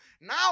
Now